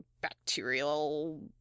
bacterial